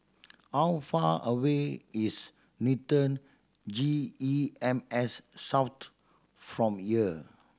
how far away is Newton G E M S South from here